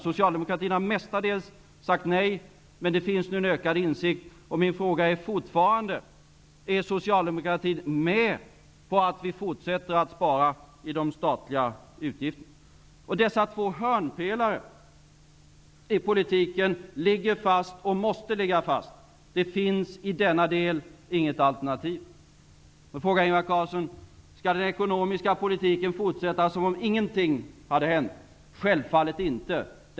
Socialdemokratin har mestadels sagt nej, men det finns nu en ökad insikt. Min fråga är fortfarande: Är socialdemokratin med på att vi fortsätter att spara i de statliga utgifterna? Dessa två hörnpelare i politiken ligger fast och måste ligga fast. Det finns i denna del inget alternativ. Ingvar Carlsson frågar: Skall den ekonomiska politiken fortsätta som om ingenting hade hänt? Självfallet inte!